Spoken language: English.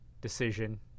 decision